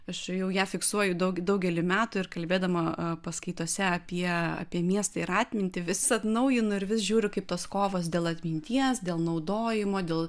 aš jau ją fiksuoju daug daugelį metų ir kalbėdama paskaitose apie apie miestą ir atmintį vis atnaujinu ir vis žiūriu kaip tos kovos dėl atminties dėl naudojimo dėl